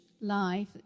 life